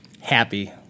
happy